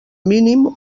mínim